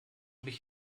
mich